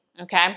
Okay